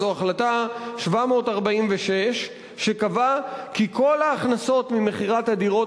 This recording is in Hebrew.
זו החלטה 746 שקבעה כי כל ההכנסות ממכירת הדירות